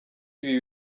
ibi